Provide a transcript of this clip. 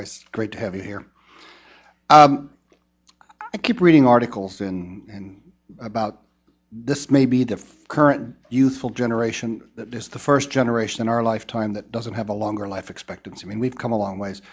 always great to have you here keep reading articles in and about this may be the current youthful generation that is the first generation in our lifetime that doesn't have a longer life expectancy i mean we've come a long ways